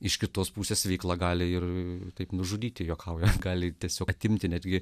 iš kitos pusės veikla gali ir taip nužudyti juokauja gali tiesiog atimti netgi